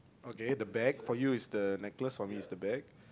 okay the bag for you is the necklace for me is the bag